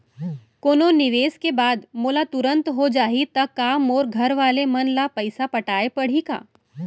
कोनो निवेश के बाद मोला तुरंत हो जाही ता का मोर घरवाले मन ला पइसा पटाय पड़ही का?